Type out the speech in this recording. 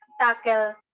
tackle